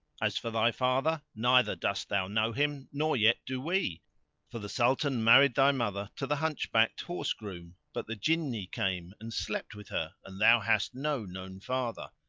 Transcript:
as for thy father, neither dost thou know him nor yet do we for the sultan married thy mother to the hunchbacked horse-groom but the jinni came and slept with her and thou hast no known father.